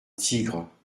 tigre